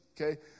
Okay